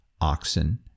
oxen